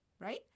right